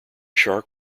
shark